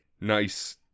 Nice